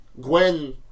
Gwen